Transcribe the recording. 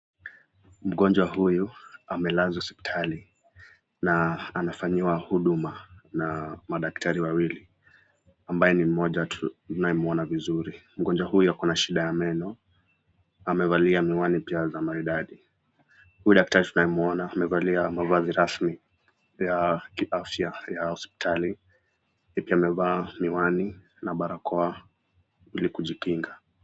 Mgonjwa huyu amelazwa hospitali na anafanyiwa huduma na madaktari wawili ambaye ni mmoja tunayemwona vizuri. Mgonjwa huyu ako na shida ya meno. Amevalia miwani pia za maridadi. Huyu daktari tunayemwona amevalia mavazi rasmi ya kiafya ya hospitali. Pia amevaa miwani na barakoa ili kujikinga.